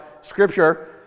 Scripture